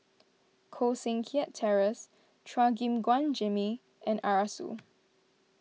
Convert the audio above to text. Koh Seng Kiat Terence Chua Gim Guan Jimmy and Arasu